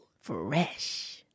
Fresh